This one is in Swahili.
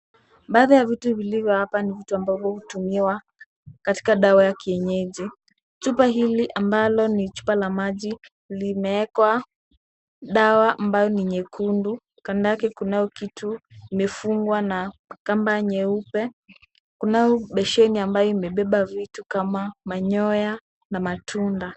Baadhi ya vitu vilivyo hapa ni vitu ambavyo hutumiwa katika dawa ya kienyeji. Chupa hili ambalo ni chupa la maji limeekwa dawa ambayo ni nyekundu. Kando yake kunao kitu imefungwa na kamba nyeupe. Kunao beseni ambayo imebeba vitu kama manyoya na matunda.